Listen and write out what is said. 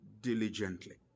diligently